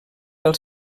pel